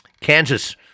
Kansas